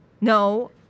No